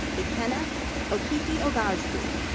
ikenna okekeogbu.